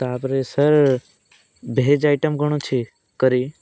ତା'ପରେ sir veg item କ'ଣ ଅଛି କରୀ